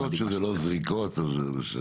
כל עוד זה לא זריקות זה בסדר.